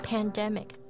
Pandemic